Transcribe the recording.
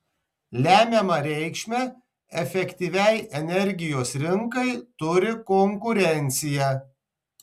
lemiamą reikšmę efektyviai energijos rinkai turi konkurencija